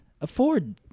afford